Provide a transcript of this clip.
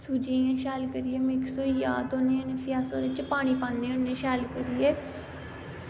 सूजी इयां शैल करियै मिक्स होई जा फ्ही अस ओह्दे च पानी पान्ने होन्ने शैल करियै